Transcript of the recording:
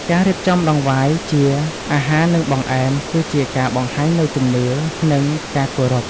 ការរៀបចំដង្វាយជាអាហារ និងបង្អែម គឺជាការបង្ហាញនូវជំនឿ និងការគោរព។